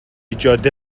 جاده